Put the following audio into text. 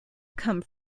come